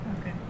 okay